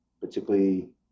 Particularly